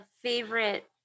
favorite